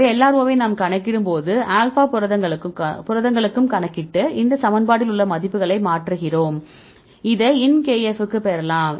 எனவே LROவை நாம் கணக்கிடும் அனைத்து ஆல்பா புரதங்களுக்கும் கணக்கிட்டு இந்த சமன்பாட்டில் உள்ள மதிப்புகளை மாற்றுகிறோம் இதை Inkf க்கு பெறலாம்